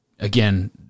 again